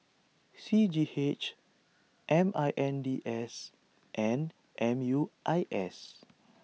C G H M I N D S and M U I S